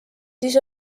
siis